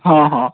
ହଁ ହଁ